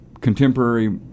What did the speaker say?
contemporary